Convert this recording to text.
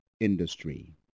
industry